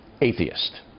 atheist